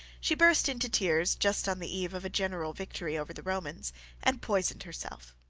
she burst into tears just on the eve of a general victory over the romans and poisoned herself.